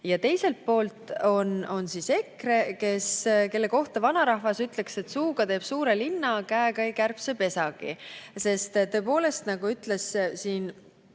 Ja teiselt poolt on EKRE, kelle kohta vanarahvas ütleks, et suuga teeb suure linna, käega ei kärbsepesagi. Tõepoolest, nagu ütles siin